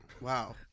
Wow